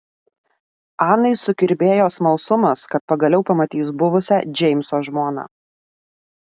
anai sukirbėjo smalsumas kad pagaliau pamatys buvusią džeimso žmoną